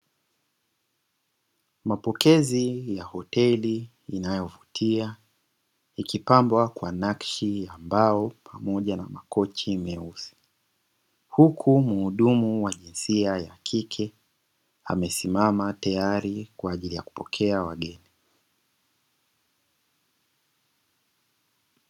Mapokezi ya hoteli inayovutia ikipambwa kwa nakshi ya mbao pamoja na makochi meusi, huku mhudumu wa jinsia ya kike amesimama tayari kwa ajili ya kupokea wageni.